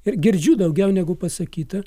ir girdžiu daugiau negu pasakyta